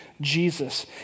Jesus